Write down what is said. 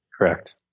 Correct